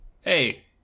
hey